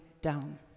down